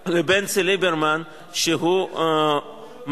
מהמסקנות שלה באותן סוגיות שהיו במחלוקת,